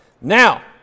Now